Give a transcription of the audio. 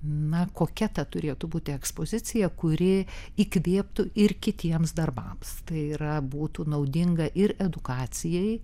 na kokia ta turėtų būti ekspozicija kuri įkvėptų ir kitiems darbams tai yra būtų naudinga ir edukacijai